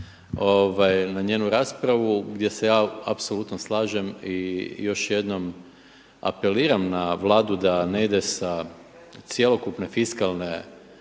na njenu raspravu gdje se ja apsolutno slažem i još jednom apeliram na Vladu da ne ide sa cjelokupne fiskalne